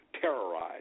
terrorize